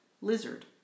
lizard